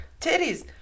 titties